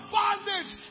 bondage